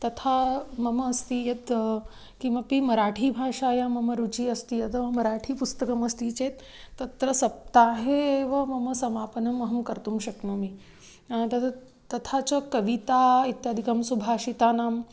तथा मम अस्ति यत् किमपि मराठीभाषायां मम रुचिः अस्ति यथा मराठी पुस्तकमस्ति चेत् तत्र सप्ताहे एव मम समापनम् अहं कर्तुं शक्नोमि तद् तथा च कविता इत्यादिकं सुभाषितानाम्